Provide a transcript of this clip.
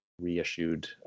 reissued